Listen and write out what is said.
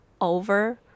over